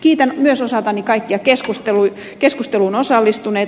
kiitän myös osaltani kaikkia keskusteluun osallistuneita